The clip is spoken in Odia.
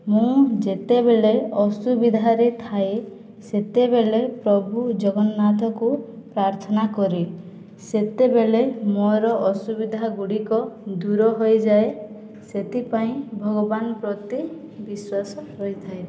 ମୁଁ ଯେତେବେଳେ ଅସୁବିଧାରେ ଥାଏ ସେତେବେଳେ ପ୍ରଭୁ ଜଗନ୍ନାଥଙ୍କୁ ପ୍ରାର୍ଥନା କରେ ସେତେବେଳେ ମୋର ଅସୁବିଧା ଗୁଡ଼ିକ ଦୂର ହୋଇଯାଏ ସେଥିପାଇଁ ଭଗବାନ ପ୍ରତି ବିଶ୍ୱାସ ରହିଥାଏ